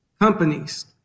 companies